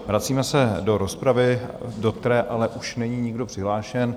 Vracíme se do rozpravy, do které ale už není nikdo přihlášen.